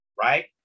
right